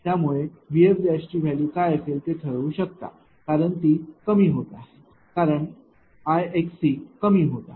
त्यामुळे तुम्ही VSची वैल्यू काय असेल ते ठरवू शकता कारण ती कमी होत आहे कारण Ixcकमी होत आहे